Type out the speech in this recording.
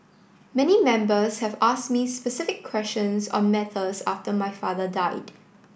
many members have ask me specific questions on matters after my father died